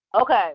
Okay